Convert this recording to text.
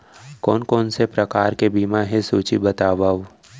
कोन कोन से प्रकार के बीमा हे सूची बतावव?